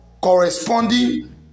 corresponding